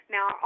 Now